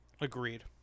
agreed